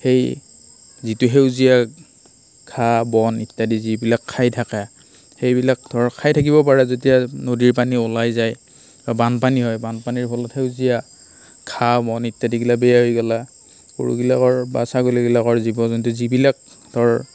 সেই যিটো সেউজীয়া ঘাঁহ বন ইত্য়াদি যিবিলাক খাই থাকে সেইবিলাক ধৰ খাই থাকিব পাৰে যেতিয়া নদীৰ পানী ওলাই যায় আৰু বানপানী হয় বানপানীৰ ফলত সেউজীয়া ঘাঁহ বন ইত্য়াদিগিলা বেয়া হৈ গ'ল গৰুগিলাকৰ বা ছাগলীগিলাকৰ জীৱ জন্তু যিবিলাক ধৰ